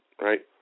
right